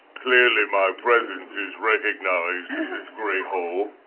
clearly my presence is recognized in this great hall.